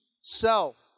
self